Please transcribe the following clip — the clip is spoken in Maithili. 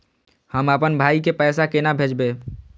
हम आपन भाई के पैसा केना भेजबे?